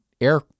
air